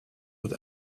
with